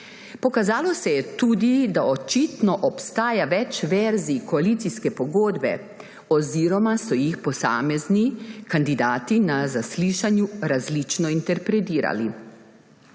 Pokazalo se je tudi, da očitno obstaja več verzij koalicijske pogodbe oziroma so jih posamezni kandidati na zaslišanju različno interpretirali.